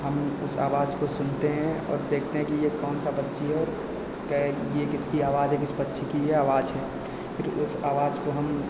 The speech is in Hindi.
हम उस आवाज़ को सुनते हैं और देखते हैं कि यह कौनसी पक्षी है कै यह किसकी आवाज़ है किस पक्षी की यह आवाज़ है क्योंकि उस आवाज़ को हम